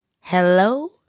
Hello